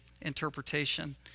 interpretation